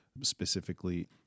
specifically